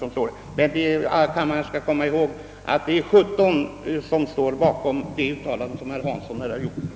Kammaren skall som sagt komma ihåg att det är 17 av utredningens ledamöter som står bakom det citerade uttalandet.